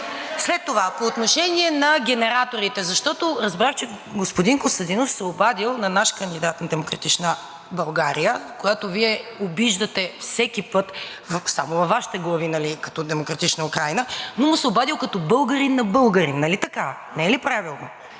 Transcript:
седми път! По отношение на генераторите, защото разбрах, че господин Костадинов се е обадил на наш кандидат – на „Демократична България“, която Вие обиждате всеки път – само във Вашите глави, нали, като „Демократична Украйна“, но му се е обадил като българин на българин. Нали така, не е ли правилно?